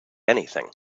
anything